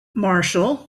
marshall